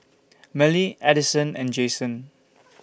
Mellie Addyson and Jayson